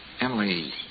Emily